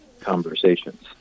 conversations